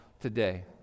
today